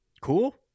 Cool